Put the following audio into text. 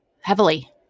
Heavily